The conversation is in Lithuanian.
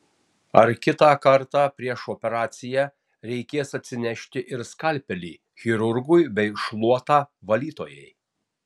ar kitą kartą prieš operaciją reikės atsinešti ir skalpelį chirurgui bei šluotą valytojai